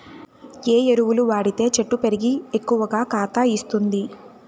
ఏ ఎరువులు వాడితే చెట్టు పెరిగి ఎక్కువగా కాత ఇస్తుంది?